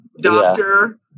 doctor